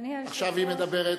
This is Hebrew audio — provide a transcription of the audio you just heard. עכשיו היא מדברת.